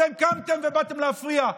אתם קמתם ובאתם להפריע.